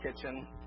kitchen